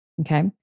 Okay